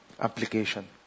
application